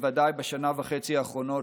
בוודאי בשנה וחצי האחרונות,